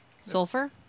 Sulfur